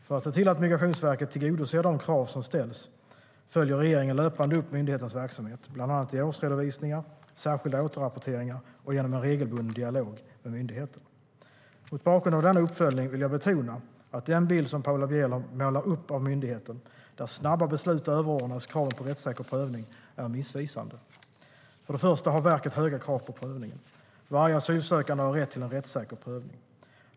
För att se till att Migrationsverket tillgodoser de krav som ställs följer regeringen löpande upp myndighetens verksamhet, bland annat i årsredovisningar och särskilda återrapporteringar och genom en regelbunden dialog med myndigheten. Mot bakgrund av denna uppföljning vill jag betona att den bild som Paula Bieler målar upp av myndigheten, där snabba beslut överordnas kraven på en rättssäker prövning, är missvisande. För det första har verket höga krav på prövningen. Varje asylsökande har rätt till en rättssäker prövning.